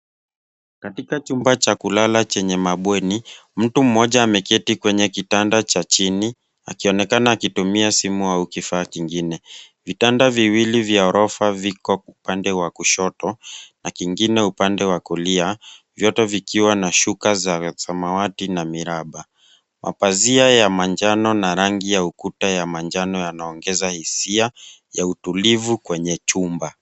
Katika chumba cha kulala chenye mabweni, mtu mmoja ameketi kwenye kitanda cha chini, akionekana akitumia simu au kifaa kingine. Vitanda viwili vya ghorofa viko upande wa kushoto, na kingine upande wa kulia, vyote vikiwa na shuka za samawati na miraba. Mapazia ya manjano na rangi ya ukuta ya manjano yanaongeza hisia, ya utulivu kwenye chumba.